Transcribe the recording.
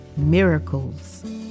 miracles